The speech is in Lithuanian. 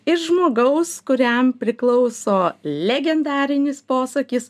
iš žmogaus kuriam priklauso legendarinis posakis